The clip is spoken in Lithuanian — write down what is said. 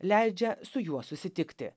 leidžia su juo susitikti